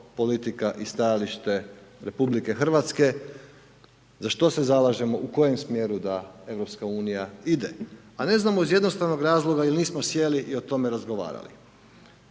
politika i stajalište Republike Hrvatske, za što se zalažemo, u kojem smjeru da Europska unija ide. A ne znamo iz jednostavnog razloga, jer nismo sjeli i o tome razgovarali.